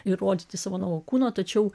ir rodyti savo nuogo kūno tačiau